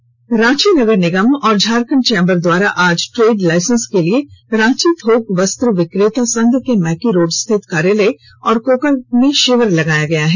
संक्षिप्त खबरें रांची नगर निगम और झारखंड चैंबर द्वारा आज ट्रेड लाइसेंस के लिए रांची थोक वस्त्र विक्रेता संघ के मैकी रोड स्थित कार्यालय और कोकर में शिविर लगाया गया है